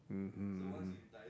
mmhmm mmhmm